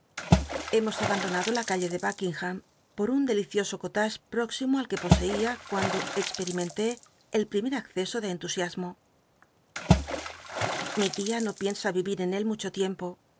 abandonado la calle de ljuclingham po un del icioso collrryc wóximo al que poseía cuando cxpetimcnté el pl'imer acceso de ctllu iasmo lli tia no icusa irir en él mucho tiempo